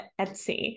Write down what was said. Etsy